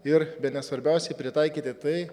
ir bene svarbiausiai pritaikyti tai